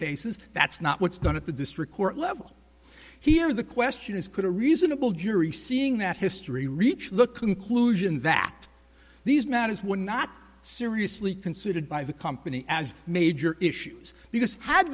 cases that's not what's done at the district court level here the question is could a reasonable jury seeing that history reach look conclusion that these matters were not seriously considered by the company as major issues because had